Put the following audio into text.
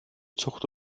zucht